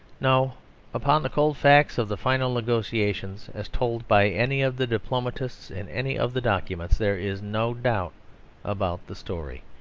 no upon the cold facts of the final negotiations, as told by any of the diplomatists in any of the documents, there is no doubt about the story.